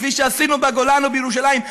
כפי שעשינו בגולן ובירושלים,